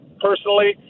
personally